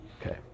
Okay